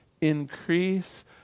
increase